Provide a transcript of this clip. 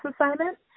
assignment